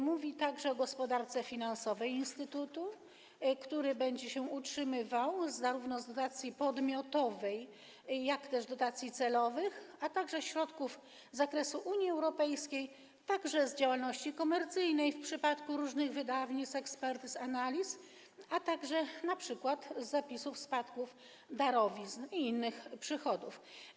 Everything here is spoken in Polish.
Mówi także o gospodarce finansowej instytutu, który będzie się utrzymywał zarówno z dotacji podmiotowej, jak i dotacji celowych, a także ze środków z Unii Europejskiej, również z działalności komercyjnej w przypadku różnych wydawnictw, ekspertyz, analiz, a także np. z zapisów, spadków, darowizn i innych przychodów.